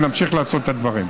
נמשיך לעשות את הדברים.